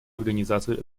организацию